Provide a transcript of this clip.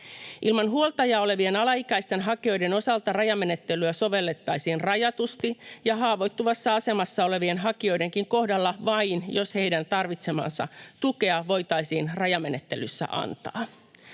Ilman huoltajaa olevien alaikäisten hakijoiden osalta rajamenettelyä sovellettaisiin rajatusti ja haavoittuvassa asemassa olevien hakijoidenkin kohdalla vain, jos heidän tarvitsemaansa tukea voitaisiin rajamenettelyssä antaa.